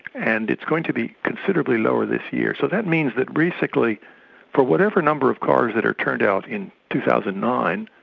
and it's going to be considerably lower this year. so that means that basically for whatever number of cars that are turned out in two thousand and nine,